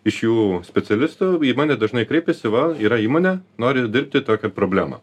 iš jų specialistų į mane dažnai kreipiasi va yra įmonė nori dirbti tokią problemą